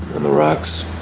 the rocks?